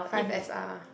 five S R